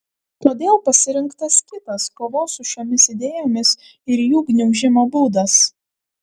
todėl pasirinktas kitas kovos su šiomis idėjomis ir jų gniaužimo būdas